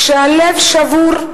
כשהלב שבור,